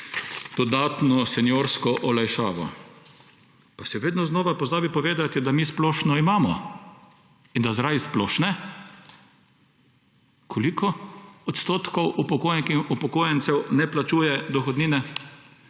dodatno seniorsko olajšavo. Pa se vedno znova pozabi povedati, da mi splošno imamo in da zaradi splošne – koliko odstotkov upokojenk in upokojencev ne plačuje dohodnine?